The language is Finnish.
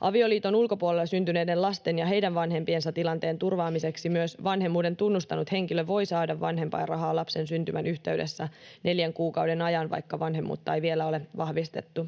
Avioliiton ulkopuolella syntyneiden lasten ja heidän vanhempiensa tilanteen turvaamiseksi myös vanhemmuuden tunnustanut henkilö voi saada vanhempainrahaa lapsen syntymän yhteydessä neljän kuukauden ajan, vaikka vanhemmuutta ei vielä ole vahvistettu.